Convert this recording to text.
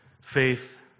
Faith